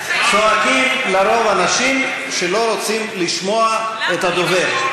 צועקים לרוב אנשים שלא רוצים לשמוע את הדובר.